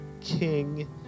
King